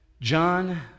John